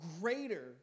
greater